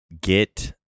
Get